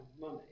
money